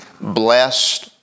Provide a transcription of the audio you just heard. blessed